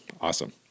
awesome